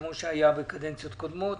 כפי שהיה בקדנציות קודמות,